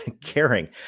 caring